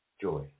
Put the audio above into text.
joy